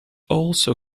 also